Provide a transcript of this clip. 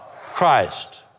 Christ